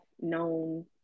known